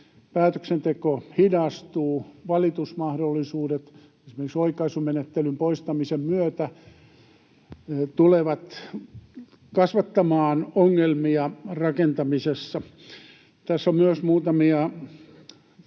päätöksenteko hidastuu, valitusmahdollisuudet esimerkiksi oikaisumenettelyn poistamisen myötä tulevat kasvattamaan ongelmia rakentamisessa. Tässä on myös muutamia